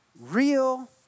real